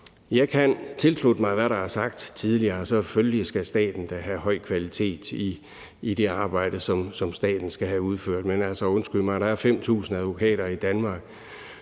Jeg kan tilslutte mig, hvad der er sagt tidligere. Selvfølgelig skal staten da have høj kvalitet i det arbejde, som staten skal have udført, men altså, undskyld mig: Der er 5.000 advokater i Danmark.